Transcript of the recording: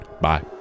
Bye